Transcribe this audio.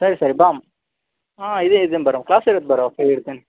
ಸರಿ ಸರಿ ಬಾಮ್ಮ ಹಾಂ ಇದೆ ಇದೆ ಬರವ್ವ ಕ್ಲಾಸ್ ಇರತ್ತೆ ಬರವ್ವ ಫ್ರೀ ಇರ್ತಿನಿ